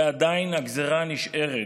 ועדיין הגזרה נשארת.